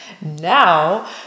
Now